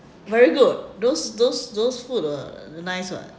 very good those those those food are nice [what]